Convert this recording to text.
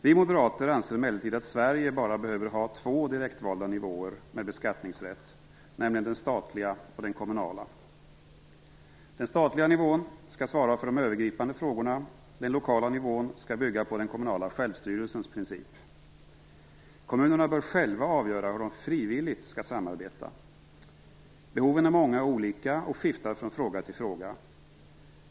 Vi moderater anser emellertid att Sverige bara behöver ha två direktvalda nivåer med beskattningsrätt, nämligen den statliga och den kommunala. Den statliga nivån skall svara för de övergripande frågorna. Den lokala nivån skall bygga på den kommunala självstyrelsens princip. Kommunerna bör själva avgöra hur de frivilligt skall samarbeta. Behoven är många och olika och skiftar från fråga till fråga.